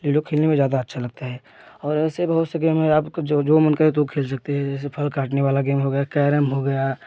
ludo खेलने में ज़्यादा अच्छा लगता है और ऐसे बहुत से गेम हैं आपको जो जो मन करे तो खेल सकते हैं जैसे फल काटने वाला गेम हो गया कैरम हो गया